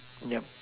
yeah